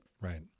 Right